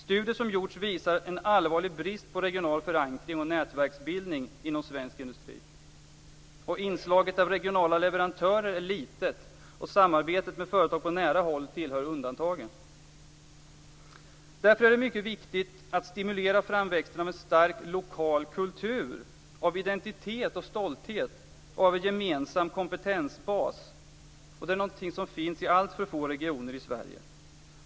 Studier som gjorts visar en allvarlig brist på regional förankring och nätverksbildning inom svensk industri. Inslaget av regionala leverantörer är litet, och samarbetet med företag på nära håll tillhör undantagen. Det är därför mycket viktigt att stimulera framväxten av en stark lokal kultur, av identitet och stolthet och av en gemensam kompetensbas. Detta finns i alltför få regioner i Sverige.